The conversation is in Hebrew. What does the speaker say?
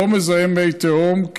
לא מזהם מי תהום.